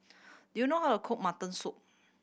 do you know how to cook mutton soup